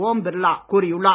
ஓம் பிர்லா கூறியுள்ளார்